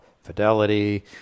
Fidelity